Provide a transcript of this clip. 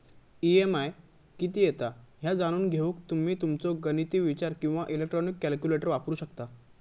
EMI किती येता ह्या जाणून घेऊक तुम्ही तुमचो गणिती विचार किंवा इलेक्ट्रॉनिक कॅल्क्युलेटर वापरू शकता